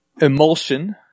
emulsion